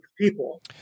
People